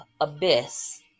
abyss